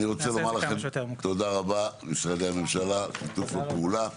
אני רוצה לומר לכם משרדי הממשלה תודה רבה על שיתוף הפעולה.